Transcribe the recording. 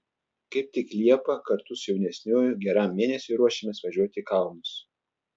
kaip tik liepą kartu su jaunesniuoju geram mėnesiui ruošiamės važiuoti į kalnus